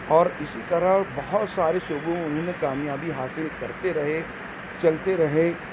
اور اسی طرح بہت سارے شعبوں میں انہوں نے کامیابی حاصل کرتے رہے چلتے رہے